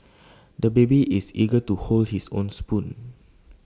the baby is eager to hold his own spoon